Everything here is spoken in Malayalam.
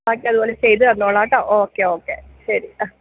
മറ്റേതുപോലെ ചെയ്ത് തന്നോളാട്ടോ ഓക്കെ ഓക്കെ ശരി അ